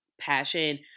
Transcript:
passion